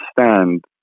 understand